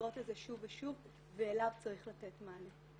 חוזרות לזה שוב ושוב ואליו צריך לתת מענה.